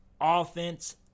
offense